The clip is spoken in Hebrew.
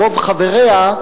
ברוב חבריה,